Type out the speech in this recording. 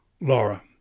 Laura